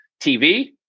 TV